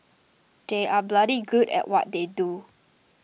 they are bloody good at what they do